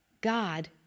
God